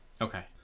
Okay